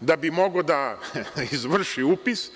da bi mogao da izvrši upis.